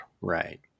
Right